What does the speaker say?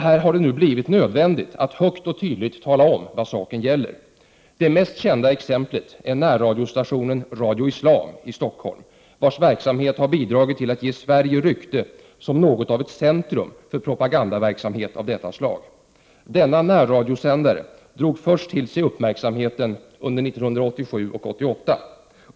Här har det nu blivit nödvändigt att högt och tydligt tala om vad saken gäller. Det mest kända exemplet är närradiostationen Radio Islam i Stockholm, vars verksamhet bidragit till att ge Sverige rykte som något av ett centrum för propagandaverksamhet av detta slag. Denna närradiosändare drog först till sig uppmärksamheten under 1987 och 1988.